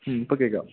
ഇപ്പം കേൾക്കാം